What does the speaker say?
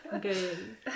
good